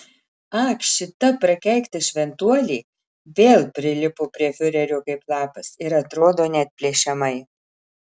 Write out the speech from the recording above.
ak šita prakeikta šventuolė vėl prilipo prie fiurerio kaip lapas ir atrodo neatplėšiamai